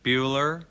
Bueller